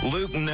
Luke